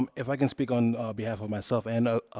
um if i can speak on behalf of myself and,